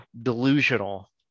delusional